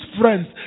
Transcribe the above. friends